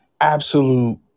absolute